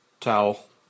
Towel